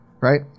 Right